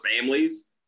families